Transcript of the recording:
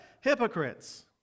Hypocrites